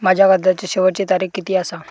माझ्या कर्जाची शेवटची तारीख किती आसा?